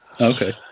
Okay